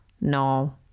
no